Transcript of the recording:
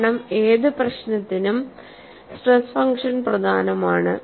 കാരണം ഏത് പ്രശ്നത്തിനും സ്ട്രെസ് ഫംഗ്ഷൻ പ്രധാനം ആണ്